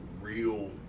Real